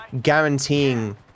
guaranteeing